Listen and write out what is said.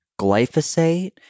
glyphosate